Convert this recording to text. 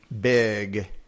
big